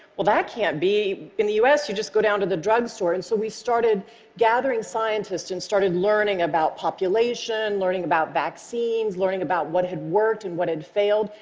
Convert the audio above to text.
well that can't be. in the u s, you just go down to the drug store. and so we started gathering scientists and started learning about population, learning about vaccines, learning about what had worked and what had failed,